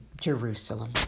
Jerusalem